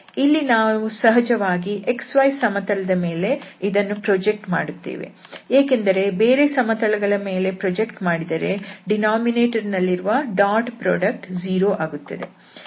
ಇಲ್ಲಿ ನಾವು ಸಹಜವಾಗಿ xy ಸಮತಲದ ಮೇಲೆ ಇದನ್ನು ಪ್ರೊಜೆಕ್ಟ್ ಮಾಡುತ್ತೇವೆ ಏಕೆಂದರೆ ಬೇರೆ ಸಮತಲಗಳ ಮೇಲೆ ಪ್ರೊಜೆಕ್ಟ್ ಮಾಡಿದರೆ ಛೇದ ದಲ್ಲಿರುವ ಡಾಟ್ ಪ್ರೋಡಕ್ಟ್ 0 ಆಗುತ್ತದೆ